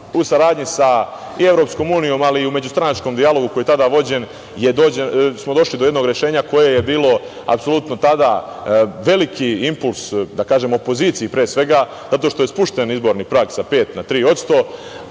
U saradnji sa i EU, ali i u međustranačkom dijalogu koji je tada vođen smo došli do jednog rešenja koje je bilo apsolutno tada veliki impuls opoziciji pre svega zato što je spušten izborni prag sa pet na tri posto.